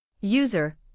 User